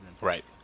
Right